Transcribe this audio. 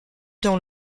dans